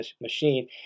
machine